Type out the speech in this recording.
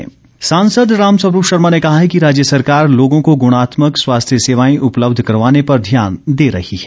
रामस्वरूप सांसद रामस्वरूप शर्मा ने कहा है कि राज्य सरकार लोगों को गुणात्मक स्वास्थ्य सेवाएं उपलब्ध करवाने पर ध्यान दे रही है